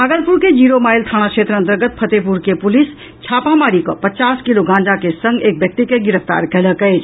भागलपुर के zero mile थाना क्षेत्र अंतर्गत फतेहपुर मे पुलिस छापामारी कऽ पचास किलो गांजा के संग एक व्यक्ति के गिरफ्तार कयलक अछि